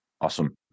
Awesome